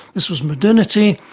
this was modernity.